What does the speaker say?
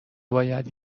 باید